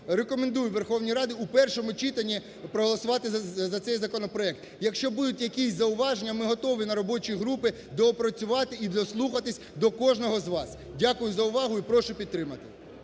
рекомендує Верховній Раді у першому читанні проголосувати за цей законопроект. Якщо будуть якісь зауваження, ми готові на робочій групі доопрацювати і дослухатись до кожного з вас. Дякую за увагу і прошу підтримати.